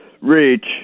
reach